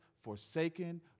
forsaken